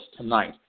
tonight